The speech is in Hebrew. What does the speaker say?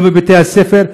גם בבתי-הספר,